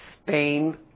Spain